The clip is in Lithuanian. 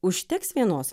užteks vienos